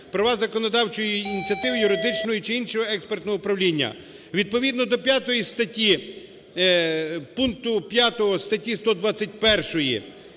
права законодавчої ініціативи юридичного чи іншого експертного управління. Відповідно до 5 статті, пункту п'ятого статті 121